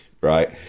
right